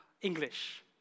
English